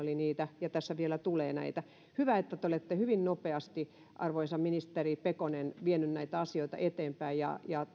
niitä ja tässä vielä tulee näitä hyvä että te te olette hyvin nopeasti arvoisa ministeri pekonen vienyt näitä asioita eteenpäin ja ja